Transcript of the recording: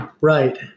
Right